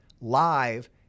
live